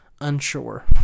Unsure